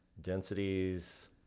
densities